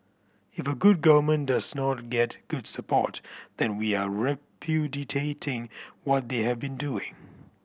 if a good government does not get good support then we are repudiating what they have been doing